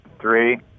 three